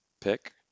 pick